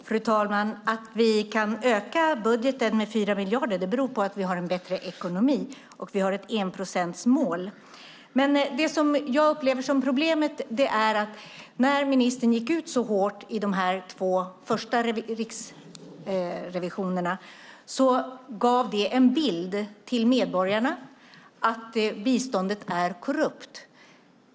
Fru talman! Att vi kan öka budgeten med 4 miljarder beror på att vi har en bättre ekonomi och att vi har ett enprocentsmål. Det som jag upplever som problemet är att när ministern gick ut så hårt i de två första riksrevisionerna så gav det medborgarna en bild av att biståndet är korrupt.